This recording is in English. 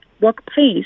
workplace